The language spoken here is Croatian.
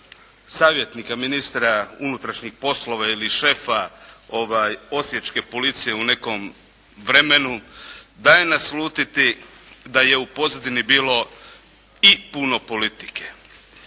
savjetnika ministra unutrašnjih poslova ili šefa osječke policije u nekom vremenu daje naslutiti da je u pozadini bilo i puno politike.